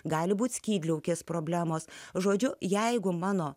gali būti skydliaukės problemos žodžiu jeigu mano